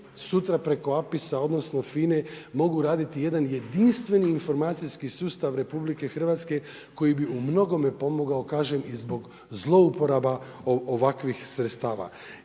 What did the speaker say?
sutra preko APIS-a odnosno FINA-e mogu raditi jedan jedinstveni informacijski sustav RH koji bi u mnogome pomogao kažem i zbog zlouporaba ovakvih sredstava.